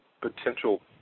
potential